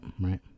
Right